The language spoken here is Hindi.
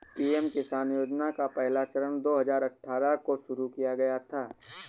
पीएम किसान योजना का पहला चरण दो हज़ार अठ्ठारह को शुरू किया गया था